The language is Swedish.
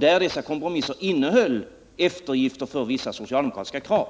Dessa kompromisser innehöll eftergifter för vissa socialdemokratiska krav.